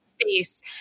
space